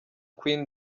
queen